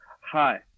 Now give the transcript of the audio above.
hi